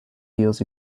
deals